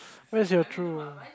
where's your true